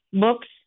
books